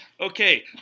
okay